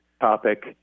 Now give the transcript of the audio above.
topic